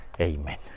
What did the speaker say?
Amen